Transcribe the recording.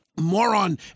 Moron